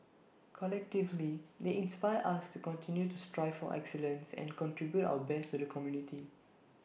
collectively they inspire us to continue to strive for excellence and contribute our best to the community